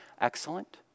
excellent